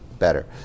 better